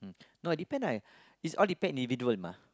no depend I is all depend individual mah